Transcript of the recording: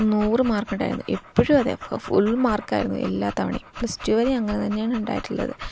നൂറ് മാർക്കുണ്ടായിരുന്നു എപ്പോഴും അതെ ഫുൾ മാർക്കായിരുന്നു എല്ലാ തവണയും പ്ലസ് ടു വരെ അങ്ങനെ തന്നെയാണ് ഉണ്ടായിട്ടുള്ളത്